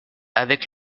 avec